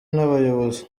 nabayobozi